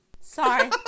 Sorry